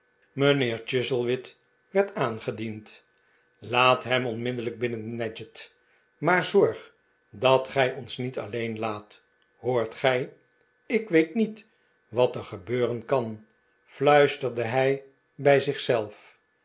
mijnheer chuzzlewit werd aangediend laat hem onmiddellijk binnen nadgett maar zorg dat gij ons niet alleen laat hoort gij ik weet niet wat er gebeuren kan fluisterde hij bij